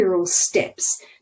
steps